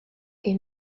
est